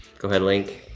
go ahead, linc.